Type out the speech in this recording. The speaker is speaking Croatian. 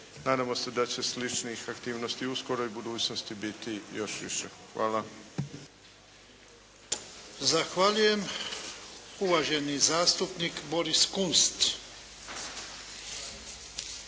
Nadamo da će sličnih aktivnosti u skoroj budućnosti biti još više. Hvala. **Jarnjak, Ivan (HDZ)** Zahvaljujem. Uvaženi zastupnik Boris Kunst.